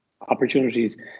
opportunities